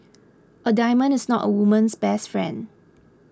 a diamond is not a woman's best friend